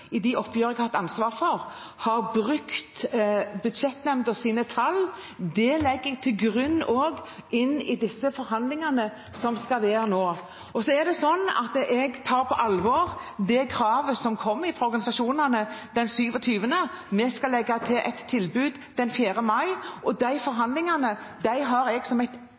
i de oppgjørene jeg har hatt ansvar for, har brukt budsjettnemndens tall. Det legger jeg til grunn også i disse forhandlingene vi skal ha nå. Jeg tar på alvor det kravet som kommer fra organisasjonene den 27. april. Vi skal legge til et tilbud den 4. mai, og de forhandlingene ser jeg det som